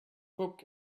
book